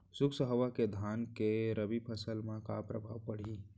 शुष्क हवा के धान के रबि फसल मा का प्रभाव पड़ही?